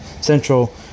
Central